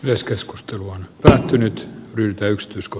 jos keskustelu on ehtynyt ryntäykset usko